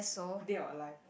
dead or alive